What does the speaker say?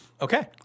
Okay